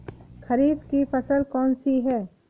खरीफ की फसल कौन सी है?